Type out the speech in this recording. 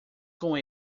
com